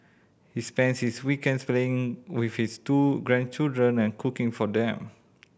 he spends his weekends playing with his two grandchildren and cooking for them